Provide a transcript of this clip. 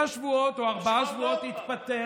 הוא ידע שהוא מיותר, ועשה משהו נכון והתפטר.